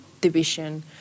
division